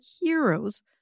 heroes